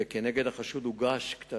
וכנגד החשוד הוגש כתב-אישום,